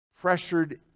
pressured